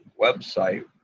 website